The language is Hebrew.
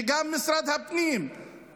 וגם משרד הפנים,